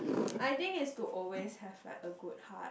I think it's to always have like a good heart